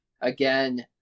again